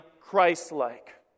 Christ-like